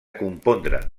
compondre